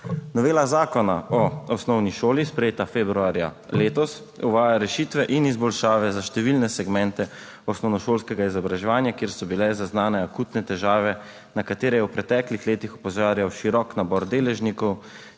Novela Zakona o osnovni šoli, sprejeta februarja letos, uvaja rešitve in izboljšave za številne segmente osnovnošolskega izobraževanja, kjer so bile zaznane akutne težave, na katere je v preteklih letih opozarjal širok nabor deležnikov